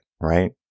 right